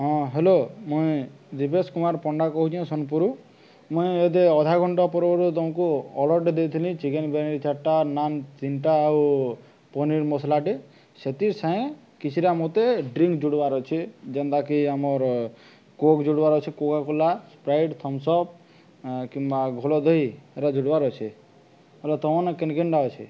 ହଁ ହ୍ୟାଲୋ ମୁଇଁ ଦିବେଶ କୁମାର ପଣ୍ଡା କହୁଛେଁ ସୋନପୁୁରରୁ ମୁଇଁ ଏବେ ଅଧଘଣ୍ଟା ପର୍ବରୁ ତୁମକୁ ଅର୍ଡ଼ରଟେ ଦେଇଥିଲି ଚିକେନ୍ ବିରିୟାନୀ ଛଅଟା ନାନ୍ ତିନିଟା ଆଉ ପନିର ମସଲାଟେ ସେଥି ସାଙ୍ଗେ କିଛିଟା ମୋତେ ଡ୍ରିଙ୍କ ଜୁଡ଼ିବାର ଅଛେ ଯେନ୍ତାକି ଆମର କୋକ୍ ଜୁଡ଼ିବାର ଅଛେ କୋକାକୋଲା ସ୍ପ୍ରାଇଟ୍ ଥମ୍ସଅପ୍ କିମ୍ବା ଘୋଲ୍ ଦହି ଏରା ଜୁଡ଼ିବାର ଅଛେ ହେଲେ ତୁମର୍ ନ କେନ୍ କେନ୍ଟା ଅଛେ